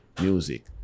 music